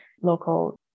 local